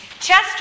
Chester